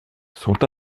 sont